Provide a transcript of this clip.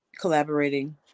collaborating